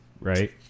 Right